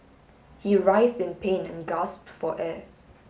he writhed in pain and gasped for air